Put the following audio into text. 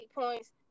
points